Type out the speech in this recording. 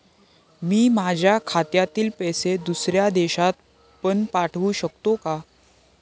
मी माझ्या खात्यातील पैसे दुसऱ्या देशात पण पाठवू शकतो का?